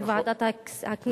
וועדת הכנסת,